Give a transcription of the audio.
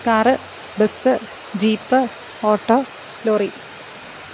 car bus jeep auto lorry